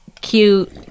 cute